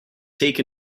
take